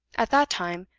at that time,